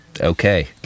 okay